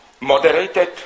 moderated